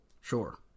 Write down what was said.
sure